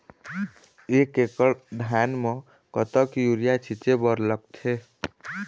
एक एकड़ धान म कतका यूरिया छींचे बर लगथे?